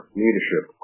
leadership